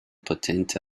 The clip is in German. patente